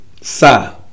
Sa